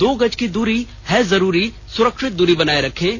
दो गज की दूरी है जरूरी सुरक्षित दूरी बनाए रखें